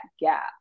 gap